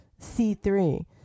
C3